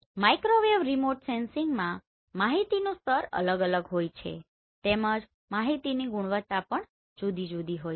microwave remote સેન્સિંગમાં માહિતીનું સ્તર અલગ હોય છેતેમજ માહિતીની ગુણવત્તા પણ જુદી હોય છે